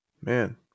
man